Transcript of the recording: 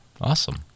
awesome